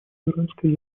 иранской